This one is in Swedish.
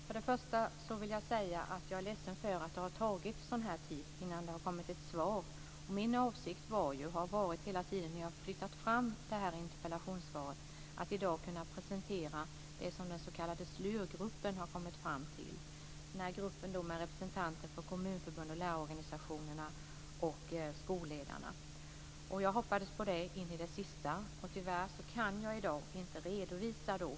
Fru talman! Jag är ledsen att det tog tid innan det kom ett svar. Min avsikt var - och har hela tiden varit - när det här interpellationssvaret flyttades fram att i dag kunna presentera det som den s.k. SLUR-gruppen har kommit fram till - en grupp med representanter från Kommunförbundet, lärarorganisationerna och Skolledarna. Jag hoppades in i det sista på det. Tyvärr kan jag i dag inte ge en redovisning.